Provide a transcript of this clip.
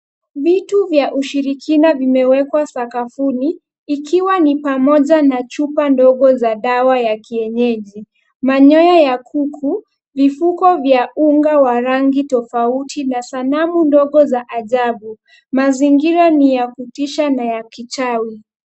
Vitu vya ushirikina vimewekwa sakafuni, ikiwa ni pamoja na chupa ndogo za dawa ya kienyeji. Manyoya ya kuku, vifuko vya unga wa rangi tofauti na sanamu ndogo za ajabu. Mazingira ni ya kutisha na ya kichawi.